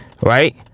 Right